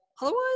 otherwise